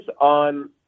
on